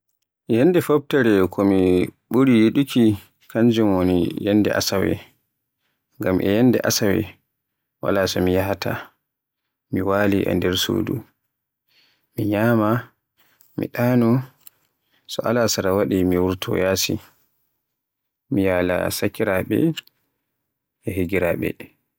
Yande Foftere ko mi ɓuri yidde kanjum woni yannde Asawe, ngam ñyalde Asawe wala so mi yahaata, mi wali e nder suudu, mi nyama, mi ɗaani, so alasara waɗi mi wurto yaasi, mi yaala sakiraaɓe e higiraaɓe.